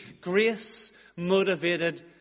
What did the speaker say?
grace-motivated